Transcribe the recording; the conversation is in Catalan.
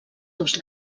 dos